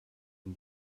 dem